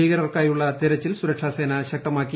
ഭീകരർക്കായുള്ള തെരച്ചിൽ സുരക്ഷാസേന ശക്തമാക്കി